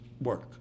work